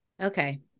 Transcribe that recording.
Okay